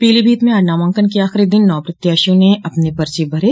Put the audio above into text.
पीलीभीत में आज नामांकन के आखिरी दिन नौ प्रत्याशियों ने अपने पर्चे भरे